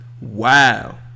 Wow